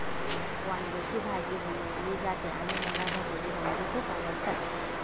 वांग्याची भाजी बनवली जाते आणि मला भरलेली वांगी खूप आवडतात